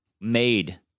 made